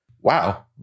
Wow